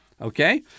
okay